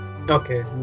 okay